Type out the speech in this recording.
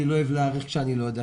אני לא אוהב להעריך כשאני לא יודע.